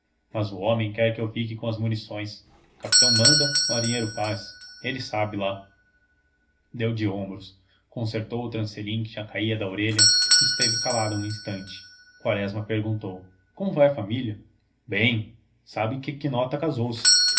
mas o homem quer que eu fique com as munições capitão manda marinheiro faz ele sabe lá deu de ombros concertou o trancelim que já caía da orelha e esteve calado um instante quaresma perguntou como vai a família bem sabe que quinota casou-se